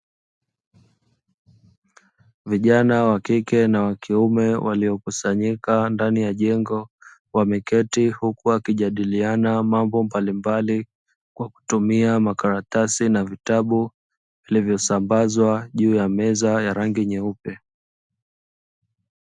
Vijana wakike na wakiume waliokusanyika ndani ya jengo wameketi huku wakijadiliana mambo mbalimbali kwa kutumia makaratasi na vitabu vilivyo sambazwa juu ya meza ya rangi nyeupe.